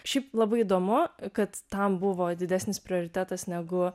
šiaip labai įdomu kad tam buvo didesnis prioritetas negu